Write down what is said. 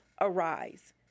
arise